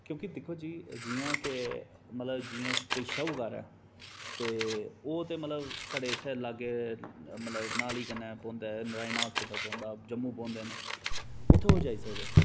क्योंकि दिक्खो जी जि'यां के मतलब जि'यां कोई शाहूकार ऐ ओह् ते मतलब साढ़े इत्थै लाग्गै मतलब नाली कन्नै पौंदा ऐ नारायण हास्पिटल पौंदा जम्मू पौंदे न उत्थै ओह् जाई सकदे न